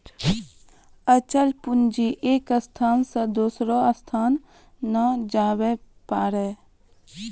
अचल पूंजी एक स्थान से दोसरो स्थान नै जाबै पारै